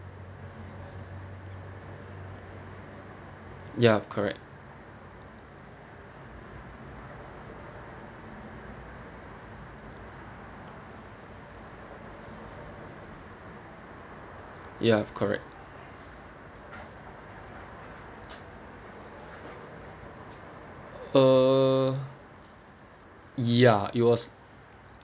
yup correct yup correct err ya it was